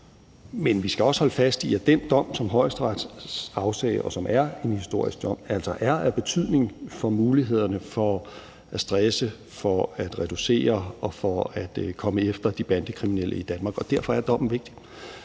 Men vi skal også holde fast i, at den dom, som Højesteret afsagde, og som er en historisk dom, altså er af betydning for mulighederne for at stresse, for at reducere og for at komme efter de kriminelle bander i Danmark, og derfor er dommen vigtig.